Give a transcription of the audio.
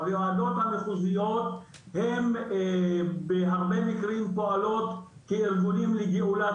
הוועדות המחוזיות הן בהרבה מקרים פועלים כארגונים לגאולת